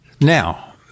now